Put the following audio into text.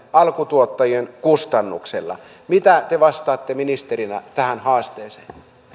alkutuottajien kustannuksella mitä te vastaatte ministerinä tähän haasteeseen